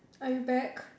are you back